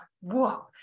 whoa